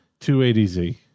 280Z